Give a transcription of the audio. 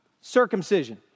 circumcision